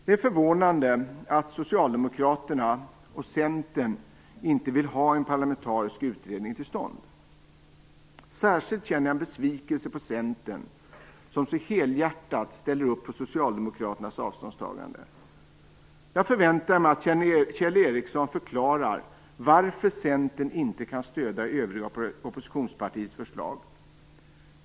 Det är förvånande att Socialdemokraterna och Centern inte vill ha en parlamentarisk utredning till stånd. Särskilt känner jag en besvikelse på Centern, som så helhjärtat ställer upp på Socialdemokraternas avståndstagande. Jag förväntar mig att Kjell Ericsson förklarar varför Centern inte kan stödja övriga oppositionspartiers förslag.